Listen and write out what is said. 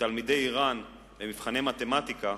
שתלמידי אירן מקבלים במבחני מתמטיקה